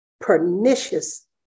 pernicious